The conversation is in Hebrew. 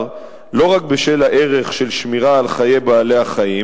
לא רק בשל הערך של שמירה על חיי בעלי-החיים